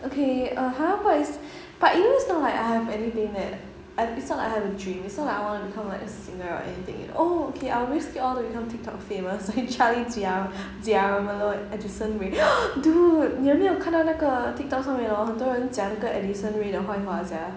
okay uh ha bu~ but it's but you know it's not like I have anything that dr~ it's not like I have a dream it's not like I wanna become like a singer or anything oh okay I always I wanna become tik tok famous like charlie jiang jia remo~ edison ra~ dude 你有没有看到那个 tik tok 上面 hor 很多人讲那个 edison ray 的坏话 sia